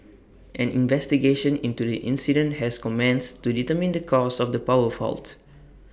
an investigation into the incident has commenced to determine the cause of the power fault